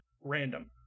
random